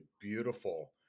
beautiful